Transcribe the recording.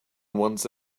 once